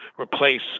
replace